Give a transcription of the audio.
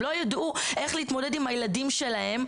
הם לא יידעו איך להתמודד עם הילדים שלהם,